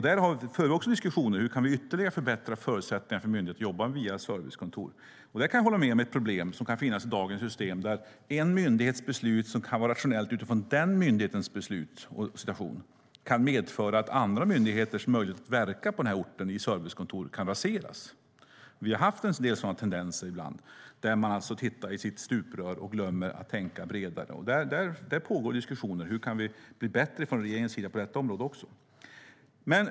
Där för vi också diskussioner om hur vi ytterligare kan förbättra förutsättningarna för myndigheter att jobba via servicekontor. Jag kan hålla med om att det kan finnas ett problem i dagens system när det gäller att en myndighets beslut, som kan vara rationellt utifrån den myndighetens situation, kan medföra att andra myndigheters möjligheter att verka på denna ort i servicekontor raseras. Vi har haft en del sådana tendenser ibland, där man alltså tittar i sitt stuprör och glömmer att tänka bredare. Där pågår diskussioner om hur vi kan bli bättre från regeringens sida på detta område också.